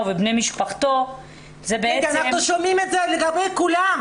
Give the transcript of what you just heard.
ובני משפחתו --- אנחנו שומעים את זה לגבי כולם.